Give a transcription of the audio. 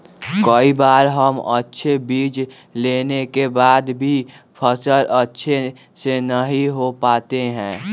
कई बार हम अच्छे बीज लेने के बाद भी फसल अच्छे से नहीं हो पाते हैं?